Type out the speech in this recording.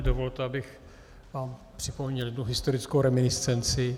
Dovolte, abych vám připomněl jednu historickou reminiscenci.